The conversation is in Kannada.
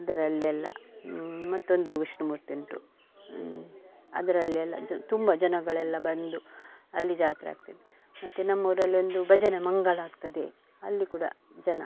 ಇದರಲ್ಲೆಲ್ಲ ಮತ್ತೊಂದು ವಿಷ್ಣುಮೂರ್ತಿ ಉಂಟು ಅದರಲ್ಲೆಲ್ಲ ಜ್ ತುಂಬ ಜನಗಳೆಲ್ಲ ಬಂದು ಅಲ್ಲಿ ಜಾತ್ರೆಯಾಗ್ತದೆ ಮತ್ತು ನಮ್ಮ ಊರಲ್ಲೊಂದು ಭಜನೆ ಮಂಗಳ ಆಗ್ತದೆ ಅಲ್ಲಿ ಕೂಡ ಜನ